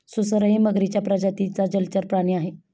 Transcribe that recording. सुसरही मगरीच्या प्रजातीचा जलचर प्राणी आहे